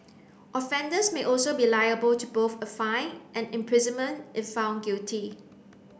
offenders may also be liable to both a fine and imprisonment if found guilty